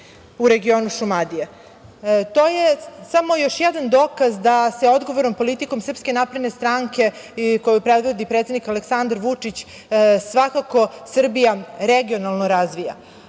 u regionu Šumadije. To je samo još jedan dokaz da se odgovornom politikom SNS koju predvodi predsednik Aleksandar Vučić svakako Srbija regionalno razvija.